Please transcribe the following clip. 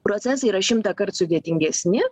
procesai yra šimtąkart sudėtingesni